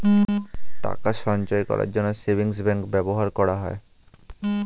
টাকা সঞ্চয় করার জন্য সেভিংস ব্যাংক ব্যবহার করা হয়